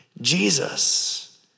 Jesus